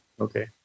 Okay